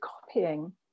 copying